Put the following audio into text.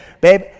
babe